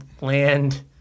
land